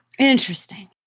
Interesting